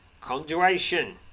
conjuration